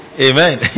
amen